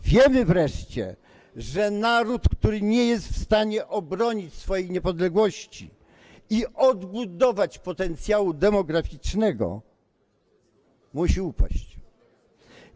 Wiemy wreszcie, że naród, który nie jest w stanie obronić swojej niepodległości i odbudować potencjału demograficznego, musi upaść.